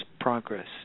progress